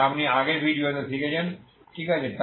যা আপনি আগের ভিডিওতে শিখেছেন ঠিক আছে